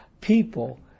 people